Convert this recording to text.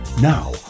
Now